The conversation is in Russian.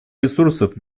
ресурсов